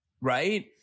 right